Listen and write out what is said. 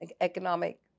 economic